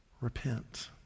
Repent